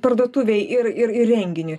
parduotuvėj ir ir ir renginiui